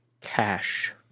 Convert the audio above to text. cash